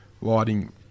lighting